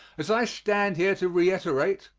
as i stand here to reiterate,